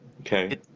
okay